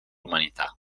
umanità